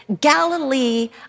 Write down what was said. Galilee